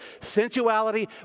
sensuality